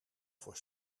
voor